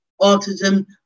autism